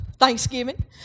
Thanksgiving